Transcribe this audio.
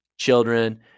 Children